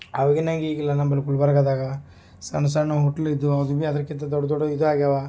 ಆವಾಗಿನಂಗೆ ಈಗ ಇಲ್ಲ ನಂಬಲ್ಲಿ ಗುಲ್ಬರ್ಗದಾಗ ಸಣ್ಣ ಸಣ್ಣ ಹೋಟ್ಲು ಇದ್ದು ಆದರ್ ಬಿ ಅದಕ್ಕಿಂತ ದೊಡ್ಡ ದೊಡ್ದು ಇದು ಆಗ್ಯಾವ